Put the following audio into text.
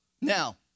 Now